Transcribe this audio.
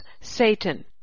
Satan